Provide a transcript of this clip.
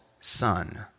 son